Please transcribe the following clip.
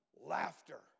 laughter